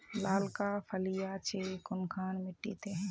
लालका फलिया छै कुनखान मिट्टी त?